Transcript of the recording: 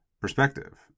perspective